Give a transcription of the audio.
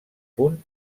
punt